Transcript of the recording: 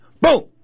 boom